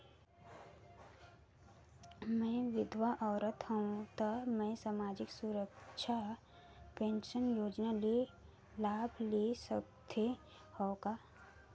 मैं विधवा औरत हवं त मै समाजिक सुरक्षा पेंशन योजना ले लाभ ले सकथे हव का?